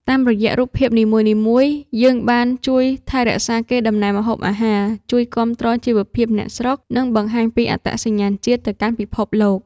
តាមរយៈរូបភាពនីមួយៗ យើងបានជួយថែរក្សាកេរដំណែលម្ហូបអាហារ ជួយគាំទ្រជីវភាពអ្នកស្រុក និងបង្ហាញពីអត្តសញ្ញាណជាតិទៅកាន់ពិភពលោក។